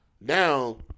Now